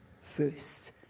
first